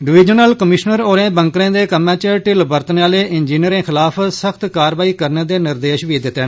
divisional commissioner होरें बंकरें दे कम्में च ढिल्ल बरतने आले इंजीनियरें खलाफ सख्त कारवाई करने दे निर्देश दित्ते